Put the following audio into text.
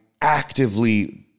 actively